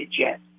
jet